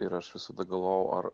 ir aš visada galvojau ar